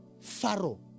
Pharaoh